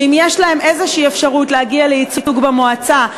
שאם יש להם איזו אפשרות להגיע לייצוג במועצה,